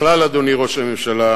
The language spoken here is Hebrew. בכלל, אדוני ראש הממשלה,